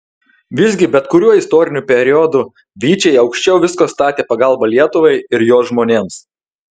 visgi bet kuriuo istoriniu periodu vyčiai aukščiau visko statė pagalbą lietuvai ir jos žmonėms